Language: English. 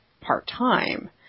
part-time